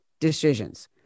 decisions